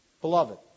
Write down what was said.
Beloved